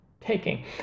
taking